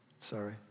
Sorry